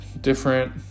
different